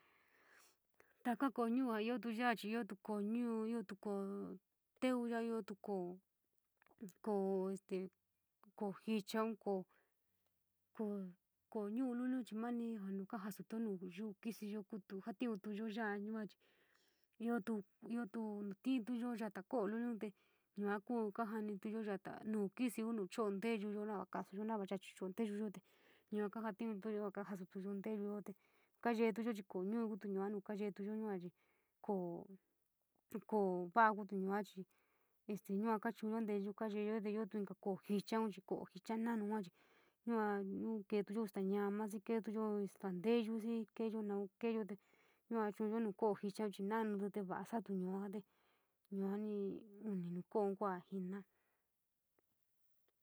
Taka ko´o ñuu jio io to yaa chi io tu koo ñuu yio koo teu, to tu koo koo jiean koo kai, koo niu luiochi mani ja kosto nu yoo kisi kuto jariintuuyo yua yua chi ito, ito tintuyo yata koto luliin te yaa koo keiinuyo yata nu kisi no chao nteeyuyo na koo yaa te chao nteeyate yua koja tinnityo kajectinyo na keiyo yua te kaveiyo chi koo tuo kuu yua nu kayeet tuo yua chi koo koo keiyo nun chi kuu te yoo kancho nun keiyo kua keeiyo tuo koto koo jiehan chi kuu jiehan noonun yua chi yua kuteeyo slaa namo xii keeiyo in slaa nteyo xii keiyo monin keeiyo te yua chojiyo nu koo jiehan chi noonun te yua soo soato yoo te yua ni uni nu kouoo kuu jina.